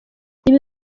ibi